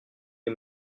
les